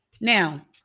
Now